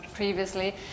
previously